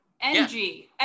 Ng